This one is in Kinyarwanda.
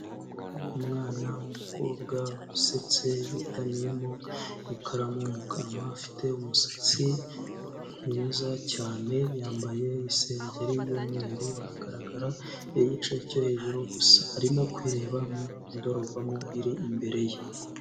Umwana w'umukobwa usetse utamiyemo ikaramu mu kanwa, afite umusatsi mwiza cyane yambaye isengeri y'umweru, aragaragara igice cyo hejuru gusa arimo kwireba mu ndorerwamo iri imbere ye.